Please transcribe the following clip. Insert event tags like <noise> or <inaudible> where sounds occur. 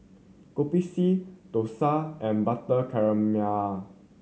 Kopi C dosa and butter <unintelligible>